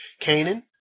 Canaan